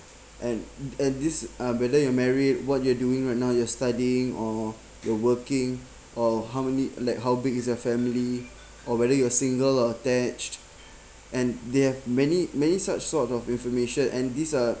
and and this uh whether you're married what you're doing right now you're studying or you're working or how many like how big is your family or whether you are single or attached and they have many many such sort of information and these are